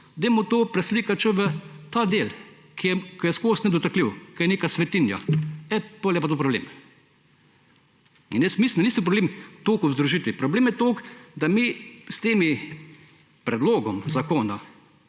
dajmo to preslikati še v ta del, ki je skozi nedotakljiv, ki je neka svetinja. O, potem je pa to problem. Jaz mislim, da ni problem toliko v združitvi. Problem je, da mi s tem predlogom zakona